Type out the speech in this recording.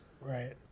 Right